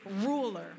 ruler